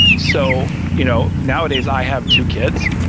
so you know nowadays i have two kids,